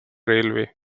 railway